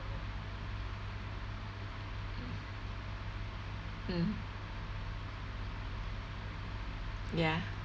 mm ya